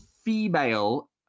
female